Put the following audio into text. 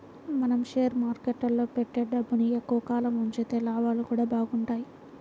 మనం షేర్ మార్కెట్టులో పెట్టే డబ్బుని ఎక్కువ కాలం ఉంచితే లాభాలు గూడా బాగుంటయ్